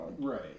Right